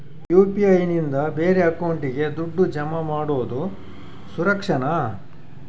UPI ನಿಂದ ಬೇರೆ ಅಕೌಂಟಿಗೆ ದುಡ್ಡು ಜಮಾ ಮಾಡೋದು ಸುರಕ್ಷಾನಾ?